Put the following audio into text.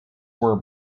were